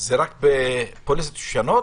זה רק בפוליסות ישנות?